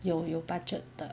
有有 budget 的